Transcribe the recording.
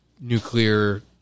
nuclear